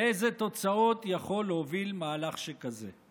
לאיזה תוצאות יכול להוביל מהלך שכזה.